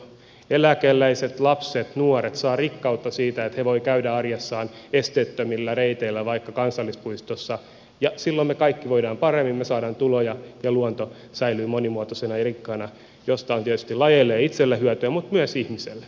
eläkeläiset lapset nuoret saavat rikkautta siitä että he voivat käydä arjessaan esteettömillä reiteillä vaikka kansallispuistossa ja silloin me kaikki voimme paremmin me saamme tuloja ja luonto säilyy monimuotoisena ja rikkaana josta on tietysti lajeille itselle hyötyä mutta myös ihmiselle